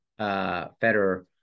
Federer